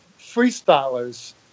freestylers